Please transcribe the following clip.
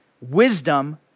wisdom